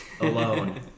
alone